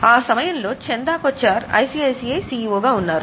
ఆ సమయంలో చందా కొచ్చర్ ఐసిఐసిఐ సిఇఓగా ఉన్నారు